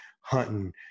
hunting